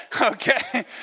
okay